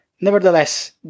Nevertheless